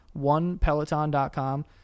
OnePeloton.com